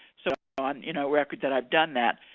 so on, you know record that i've done that.